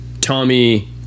tommy